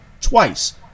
twice